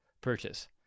purchase